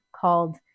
called